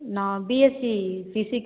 நான் BSc physics